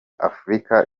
africa